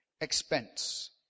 expense